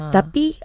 Tapi